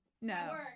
No